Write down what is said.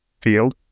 field